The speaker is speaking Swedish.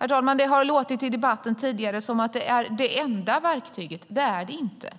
I debatten tidigare har det låtit som om den är det enda verktyget. Det är den inte.